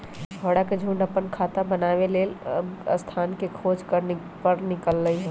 भौरा के झुण्ड अप्पन खोता बनाबे लेल स्थान के खोज पर निकलल हइ